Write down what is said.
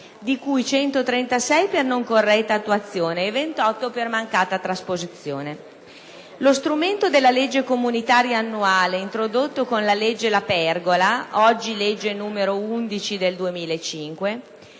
di cui 136 per non corretta attuazione e 28 per mancata trasposizione. Lo strumento della legge comunitaria annuale, introdotto con la legge La Pergola, poi abrogata e